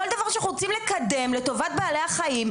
כל דבר שאנחנו רוצים לקדם לטובת בעלי החיים,